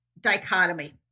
dichotomy